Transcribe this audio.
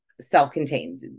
self-contained